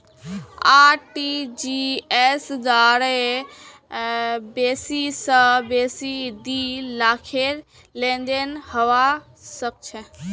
RTGS द्वारे बेसी स बेसी दी लाखेर लेनदेन हबा सख छ